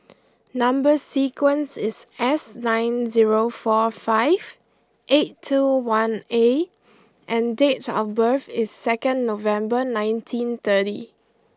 number sequence is S nine zero four five eight two one A and date of birth is second November nineteen thirty